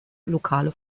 lokale